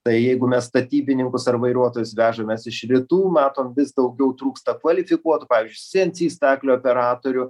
tai jeigu mes statybininkus ar vairuotojus vežamės iš rytų matom vis daugiau trūksta kvalifikuotų siensi staklių operatorių